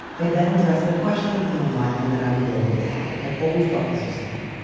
i then address their questions and remind them that i'm available to help. i've always thought this was fine.